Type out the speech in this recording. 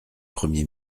premier